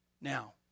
Now